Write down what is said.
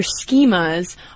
schemas